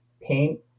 paint